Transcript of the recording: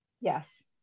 Yes